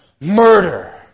murder